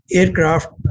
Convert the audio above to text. aircraft